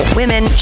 women